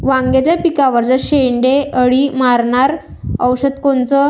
वांग्याच्या पिकावरचं शेंडे अळी मारनारं औषध कोनचं?